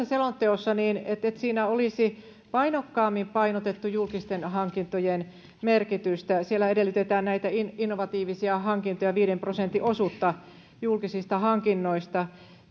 selonteossa olisi painokkaammin painotettu julkisten hankintojen merkitystä siellä edellytetään näitä innovatiivisia hankintoja viiden prosentin osuutta julkisista hankinnoista